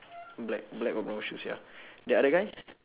black black or brown ya the other guy